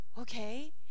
okay